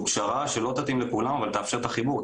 איזושהי פשרה שלא תתאים לכולם אבל תאפשר את החיבור,